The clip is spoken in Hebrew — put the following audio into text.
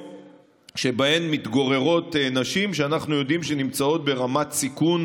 שבהן מתגוררות היום נשים שאנחנו יודעים שנמצאות ברמת סיכון